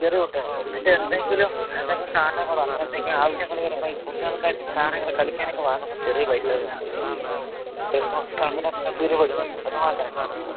ചെറിയ കുട്ടികളല്ലെ പിന്നെ എന്തെങ്കിലും എന്തെങ്കിലും സാധനങ്ങളോ അങ്ങനെ എന്തെങ്കിലും ആവശ്യങ്ങള് വരുമ്പോൾ കുട്ടികൾക്കായിട്ട് സാധനങ്ങള് കളിക്കാൻ ഒക്കെ വാങ്ങുബോൾ ചെറിയ പൈസ വേണ്ടി വരും പിരിവ് എടുക്കുമ്പോൾ അത് മാത്രമേ ഉണ്ടാവുകയുള്ളു സർ